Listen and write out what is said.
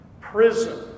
prison